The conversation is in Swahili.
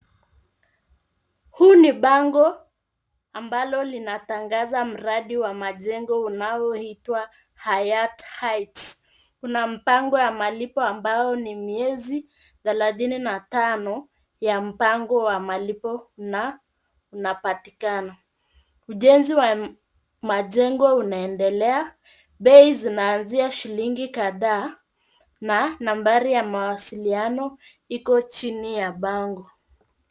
Huu ni bango ambalo linatangaza mradi wa majengo unaoitwa Hayat Heights . Kuna mpango ya malipo ambao ni miezi thelathini na tano ya mpango wa malipo na unapatikana. Ujenzi wa majengo unaendelea. Bei zinaanzia shilingi kadhaa na nambari ya mawasiliano iko chini ya bango.